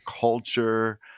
culture